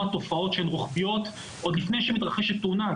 תופעות רוחביות עוד לפני שמתרחשת תאונה,